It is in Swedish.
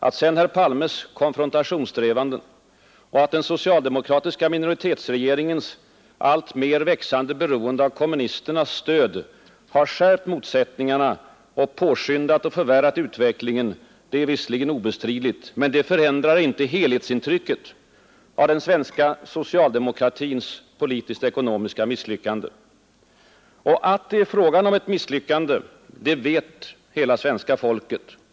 Att herr Palmes konfrontationssträvanden, att den socialdemokratiska minoritetsregeringens alltmer växande beroende av kommunisternas stöd skärpt motsättningarna och påskyndat och förvärrat utvecklingen är visserligen obestridligt. Men det förändrar inte helhetsintrycket av den svenska socialdemokratins politisk-ekonomiska misslyckande. Att det är fråga om ett misslyckande, det vet hela svenska folket.